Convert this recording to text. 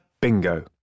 Bingo